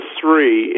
three